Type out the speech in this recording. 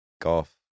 golf